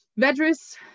Vedris